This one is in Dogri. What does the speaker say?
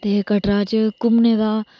ते कटरा च घूमने दा